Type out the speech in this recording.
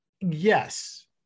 Yes